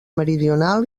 meridional